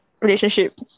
relationship